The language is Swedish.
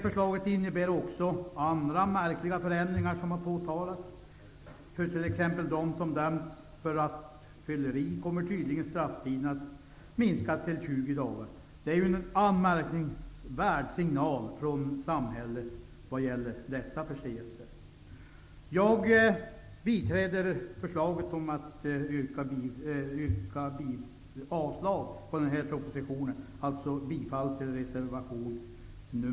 Förslaget innebär också andra märkliga förändringar som tidigare har påtalats. För dem som exempelvis döms för rattfylleri kommer strafftiden tydligen att minska till 20 dagar. Det är en anmärkningsvärd signal från samhället vad gäller dessa förseelser. Herr talman! Jag yrkar bifall till reservation 1 om avslag på propositionen.